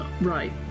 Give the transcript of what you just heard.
Right